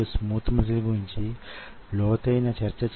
ఈ సాంకేతికతలు మీకు యే విధంగా ఉపకరించేదీ మీకు నిజంగా తెలియాలి